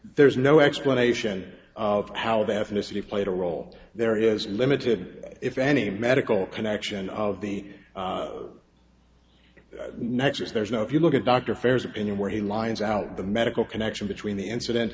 there's no explanation of how the ethnicity played a role there is limited if any medical connection of the naches there's no if you look at dr phares opinion where he lines out the medical connection between the incident